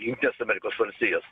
jungtinės amerikos valstijos